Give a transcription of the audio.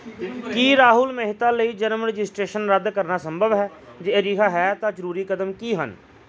ਕੀ ਰਾਹੁਲ ਮਹਿਤਾ ਲਈ ਜਨਮ ਰਜਿਸਟ੍ਰੇਸ਼ਨ ਰੱਦ ਕਰਨਾ ਸੰਭਵ ਹੈ ਜੇ ਅਜਿਹਾ ਹੈ ਤਾਂ ਜ਼ਰੂਰੀ ਕਦਮ ਕੀ ਹਨ